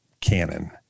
canon